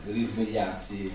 risvegliarsi